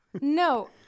No